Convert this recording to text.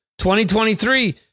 2023